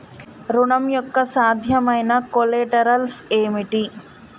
ఋణం యొక్క సాధ్యమైన కొలేటరల్స్ ఏమిటి?